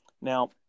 Now